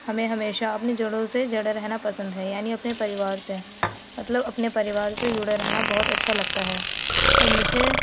ہمیں ہمیشہ اپنی جڑوں سے جڑے رہنا پسند ہے یعنی اپنے پریوار سے مطلب اپنے پریوار سے جڑے رہنا بہت اچھا لگتا ہے اور مجھے